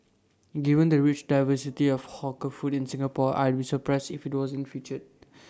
given the rich diversity of hawker food in Singapore I'd be surprised if IT wasn't featured